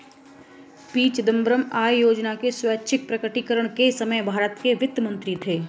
P Chidambaram आय योजना का स्वैच्छिक प्रकटीकरण के समय भारत के वित्त मंत्री थे